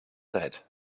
said